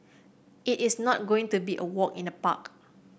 it is not going to be a walk in the park